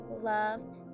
love